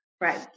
Right